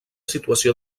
situació